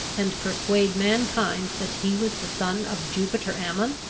and persuade mankind that he was the son of jupiter ammon?